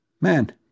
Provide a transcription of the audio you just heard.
man